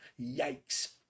yikes